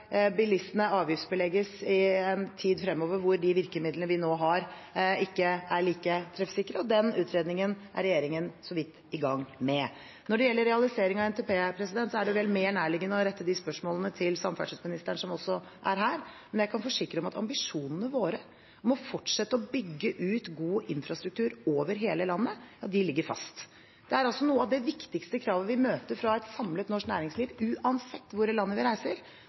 bilistene avgiftsbelegges i en tid framover da de virkemidlene vi nå har, ikke er like treffsikre? Den utredningen er regjeringen så vidt i gang med. Når det gjelder realisering av NTP, er det vel mer nærliggende å rette de spørsmålene til samferdselsministeren, som også er her. Men jeg kan forsikre om at ambisjonene våre om å fortsette å bygge ut god infrastruktur over hele landet ligger fast. Det er et av de viktigste kravene vi møter fra et samlet norsk næringsliv. Uansett hvor i landet vi reiser,